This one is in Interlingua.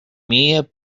mie